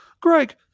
Greg